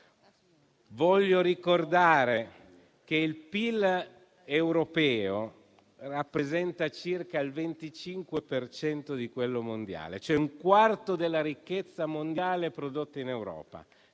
Voglio ricordare che il PIL europeo rappresenta circa il 25 per cento di quello mondiale; cioè un quarto della ricchezza mondiale è prodotta in Europa.